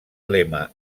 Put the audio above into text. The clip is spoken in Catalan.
lema